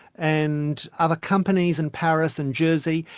and other companies in paris and jersey,